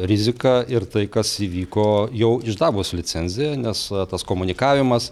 rizika ir tai kas įvyko jau išdavus licenciją nes tas komunikavimas